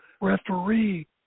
referee